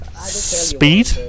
speed